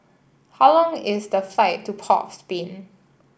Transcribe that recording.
how long is the flight to Port of Spain